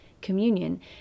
communion